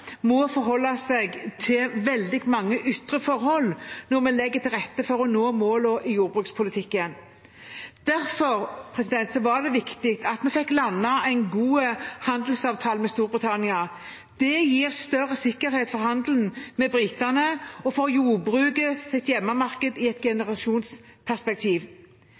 må forholde seg til veldig mange ytre forhold når vi legger til rette for å nå målene i jordbrukspolitikken. Derfor var det viktig at vi fikk landet en god handelsavtale med Storbritannia. Det gir større sikkerhet for handelen med britene og for jordbrukets hjemmemarked i et generasjonsperspektiv.